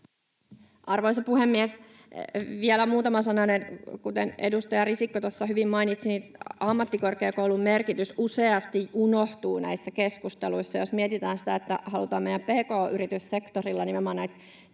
Arvoisa puhemies! Vielä muutama sananen: Kuten edustaja Risikko tuossa hyvin mainitsi, ammattikorkeakoulun merkitys useasti unohtuu näissä keskusteluissa. Jos mietitään sitä, että halutaan meidän pk-yrityssektorilla nimenomaan näitä